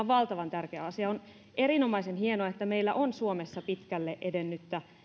valtavan tärkeä asia on erinomaisen hienoa että meillä on suomessa pitkälle edennyttä